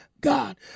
God